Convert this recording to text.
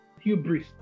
hubris